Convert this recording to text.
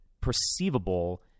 perceivable